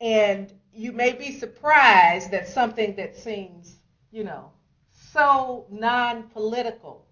and you may be surprised that something that seems you know so non-political